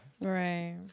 Right